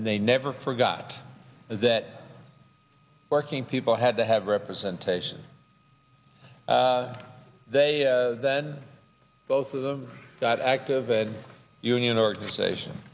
and they never forgot that working people had to have representation they then both of them got active in union organization